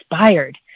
inspired